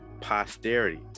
posterity